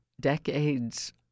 decades